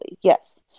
yes